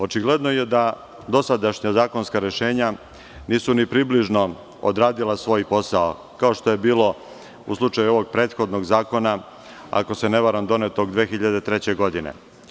Očigledno je da dosadašnja zakonska rešenja nisu ni približno odradila svoj posao, kao što je bilo u slučaju ovog prethodnog zakona, ako se ne varam donetog 2003. godine.